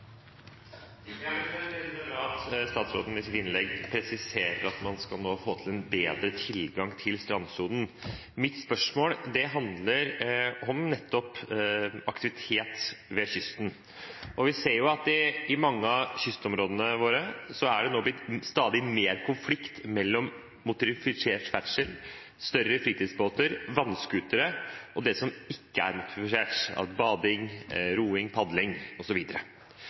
statsråden i sitt innlegg presiserer at man nå skal få til en bedre tilgang til strandsonen. Mitt spørsmål handler om nettopp aktivitet ved kysten. Vi ser at i mange av kystområdene våre er det nå blitt stadig mer konflikt mellom motorisert ferdsel – større fritidsbåter, vannscootere – og det som ikke er motorisert, som bading, roing, padling